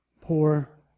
poor